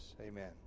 amen